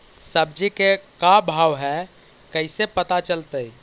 सब्जी के का भाव है कैसे पता चलतै?